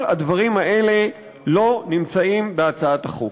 כל הדברים האלה לא נמצאים בהצעת החוק.